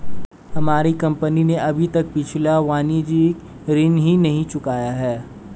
हमारी कंपनी ने अभी तक पिछला वाणिज्यिक ऋण ही नहीं चुकाया है